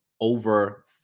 over